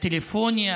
והטלפוניה